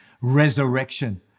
resurrection